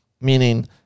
meaning